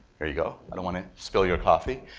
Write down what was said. there you go. i don't want to spill your coffee.